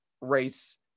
race